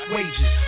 Wages